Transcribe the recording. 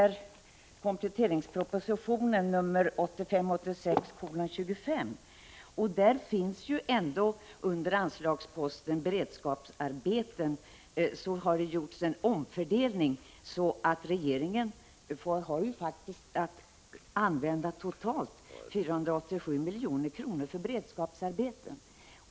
I kompletteringspropositionen 1985/86:25 har det under anslagsposten Beredskapsarbeten gjorts en omfördelning, som innebär att regeringen kan använda totalt 487 milj.kr. till beredskapsarbeten.